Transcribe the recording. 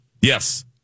Yes